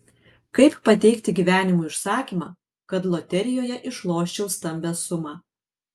kaip pateikti gyvenimui užsakymą kad loterijoje išloščiau stambią sumą